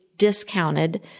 discounted